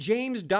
James